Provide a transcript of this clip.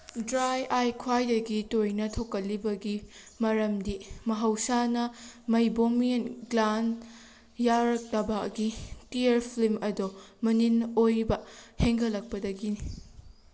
dry eye ꯈ꯭ꯋꯥꯏꯗꯒꯤ ꯇꯣꯏꯅ ꯊꯣꯛꯀꯜꯂꯤꯕꯒꯤ ꯃꯔꯝꯗꯤ ꯃꯍꯧꯁꯥꯅ ꯃꯩꯕꯣꯃꯤꯌꯟ ꯒ꯭ꯂꯥꯟ ꯌꯥꯔꯛꯇꯕꯒꯤ ꯇꯤꯌꯔ ꯐꯤꯜꯝ ꯑꯗꯨ ꯃꯅꯤꯜ ꯑꯣꯏꯕ ꯍꯦꯟꯒꯠꯂꯛꯄꯗꯒꯤꯅꯤ